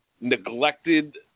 neglected